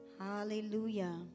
Hallelujah